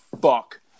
fuck